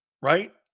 right